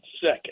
second